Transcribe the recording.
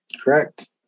Correct